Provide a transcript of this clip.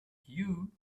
you